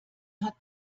hat